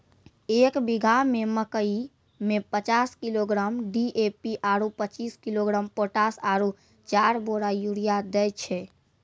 एक बीघा मे मकई मे पचास किलोग्राम डी.ए.पी आरु पचीस किलोग्राम पोटास आरु चार बोरा यूरिया दैय छैय?